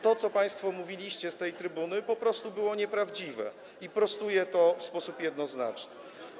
To, co państwo mówiliście z tej trybuny, po prostu było nieprawdziwe i prostuję to w sposób jednoznaczny.